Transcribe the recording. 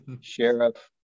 sheriff